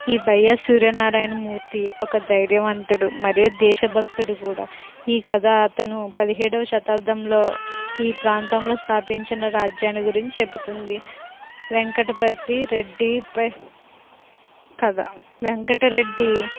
ఈ బయ్యా సూర్యనారాయణమూర్తి ఒక ధైర్యవంతుడు మరియు దేశభక్తుడు కూడా ఈ కథ అతను పదిహేడవ శతాబ్దంలో ఈ ప్రాంతంలో స్థాపించిన రాజ్యాన్ని గురించి చెబుతుంది వెంకటపర్తి రెడ్డి కథ వెంకటరెడ్డి